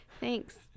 thanks